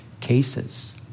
cases